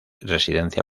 residencia